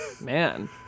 Man